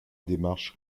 démarche